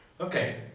Okay